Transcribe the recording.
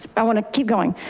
i want to keep going.